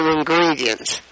ingredients